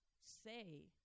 say